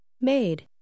Made